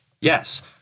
yes